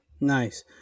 Nice